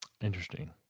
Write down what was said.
Interesting